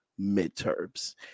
midterms